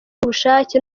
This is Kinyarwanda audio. ubushake